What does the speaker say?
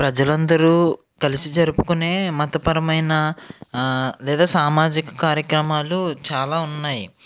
ప్రజలందరూ కలిసి జరుపుకునే మతపరమైన లేదా సామాజిక కార్యక్రమాలు చాలా ఉన్నాయి